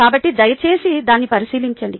కాబట్టి దయచేసి దాన్ని పరిశీలించండి